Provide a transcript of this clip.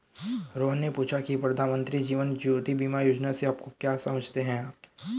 रोहन ने पूछा की प्रधानमंत्री जीवन ज्योति बीमा योजना से आप क्या समझते हैं?